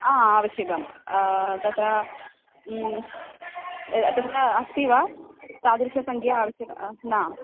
हा आवश्यकं तत्र तत्र अस्ति वा तादृशी सङ्ख्या आवश्यकी न